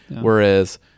Whereas